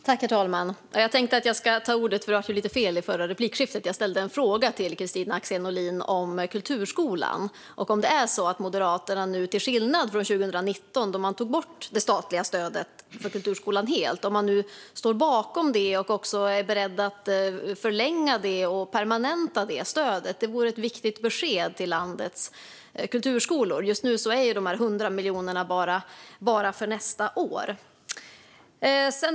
Herr talman! Jag tänkte begära ordet, för det blev lite fel i det förra replikskiftet. Jag ställde en fråga till Kristina Axén Olin om kulturskolan och om Moderaterna nu, till skillnad från 2019 då man helt tog bort det statliga stödet till kulturskolan, står bakom det stödet och också är beredda att förlänga och permanenta det. Det vore ett viktigt besked till landets kulturskolor. Just nu är de 100 miljonerna bara för nästa år.